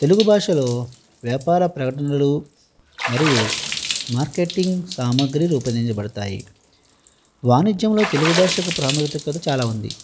తెలుగు భాషలో వ్యాపార ప్రకటనలు మరియు మార్కెటింగ్ సామాగ్రి రూపొందించబడుతాయి వాణిజ్యంలో తెలుగు భాషకు ప్రాముఖ్యత చాలా ఉంది